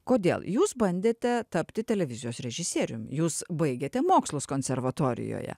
kodėl jūs bandėte tapti televizijos režisierium jūs baigėte mokslus konservatorijoje